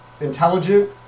intelligent